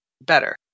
better